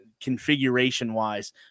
configuration-wise